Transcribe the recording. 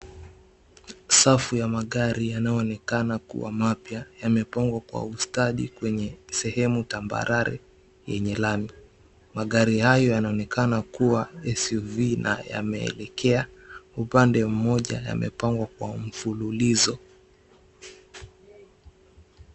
Safu ya magari yanayoonekana kuwa mapya yamepangwa kwa ustadi kwenye sehemu tambarare yenye lami. Magari hayo yanaonekana kua SUV na yameelekea upande moja yamepangwa kwa mfululizo.